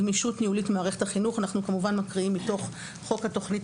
אנחנו מקריאים מתוך הצעת חוק התוכנית